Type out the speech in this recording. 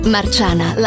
Marciana